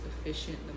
efficient